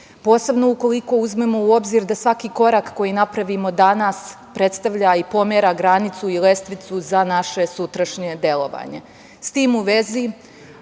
posebno ukoliko uzmemo u obzir da svaki korak koji napravimo danas predstavlja i pomera granicu i lestvicu za naše sutrašnje delovanje.S